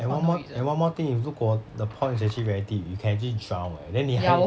and one more and one more thing if 如果 the pond is actually very deep you can actually drown eh then 你还